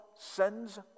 sends